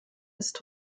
ist